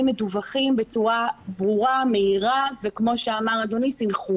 מדווחים בצורה ברורה ומהירה ומסונכרנת.